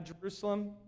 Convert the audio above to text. Jerusalem